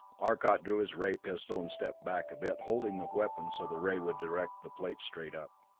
arcot drew his ray pistol, and stepped back a bit, holding the weapon so the ray would direct the plate straight up.